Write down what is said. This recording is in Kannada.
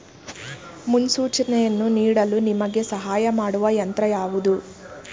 ಮುನ್ಸೂಚನೆಯನ್ನು ನೀಡಲು ನಿಮಗೆ ಸಹಾಯ ಮಾಡುವ ಯಂತ್ರ ಯಾವುದು?